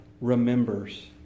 remembers